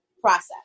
process